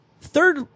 third